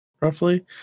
roughly